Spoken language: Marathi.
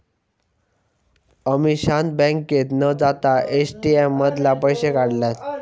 अमीषान बँकेत न जाता ए.टी.एम मधना पैशे काढल्यान